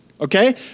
okay